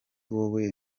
wowe